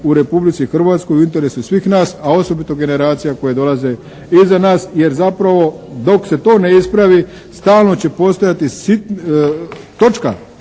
u Republici Hrvatskoj u interesu svih nas, a osobito generacija koje dolaze iza nas jer zapravo dok se to ne ispravi stalno će postojati točka